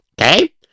okay